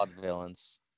villains